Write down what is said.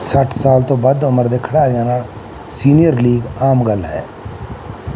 ਸੱਠ ਸਾਲ ਤੋਂ ਵੱਧ ਉਮਰ ਦੇ ਖਿਡਾਰੀਆਂ ਨਾਲ ਸੀਨੀਅਰ ਲੀਗ ਆਮ ਗੱਲ ਹੈ